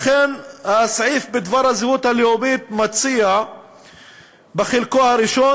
לכן הסעיף בדבר הזהות הלאומית מציע בחלקו הראשון